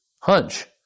hunch